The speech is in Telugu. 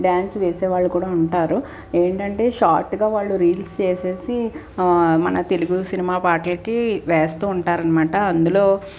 డ్యాన్స్ వేసేవాళ్ళు కూడా ఉంటారు ఏంటంటే షార్ట్గా వాళ్ళు రీల్స్ చేసేసి మన తెలుగు సినిమా పాటలకి వేస్తూ ఉంటారనమాట అందులో